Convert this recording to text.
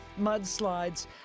Mudslides